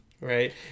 right